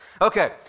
Okay